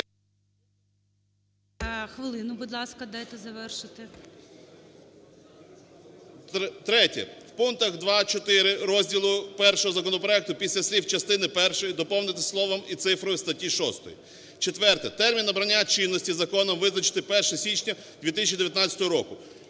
Хвилину, будь ласка, дайте завершити. БУРБАК М.Ю. Третє. В пунктах 2, 4 розділу І законопроекту після слів "частини першої" доповнити словом і цифрою "статті 6". Четверте. Термін обрання чинності законом визначити 1 січня 2019 року.